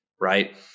Right